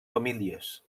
famílies